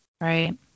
Right